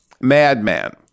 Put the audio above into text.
madman